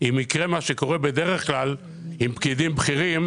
מה שקורה בדרך כלל עם פקידים בכירים,